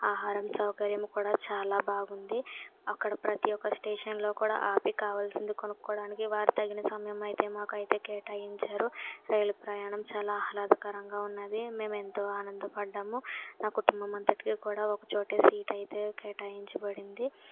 ఆహారం సౌకర్యం కూడా చాలా బాగుంది అక్కడ ప్రతి ఒక స్టేషన్లో కూడా ఆపి కావాల్సింది కొనుక్కోవడానికి వారు తగిన సమయం అయితే మాకు అయితే కేటాయించారు రైలు ప్రయాణం చాలా ఆహ్లాదకరంగా ఉన్నది మేము ఎంతో ఆనందపడ్డాము మా కుటుంబం అంతటికి కూడా ఒక చోటే సీట్ అయితే కేటాయించబడింది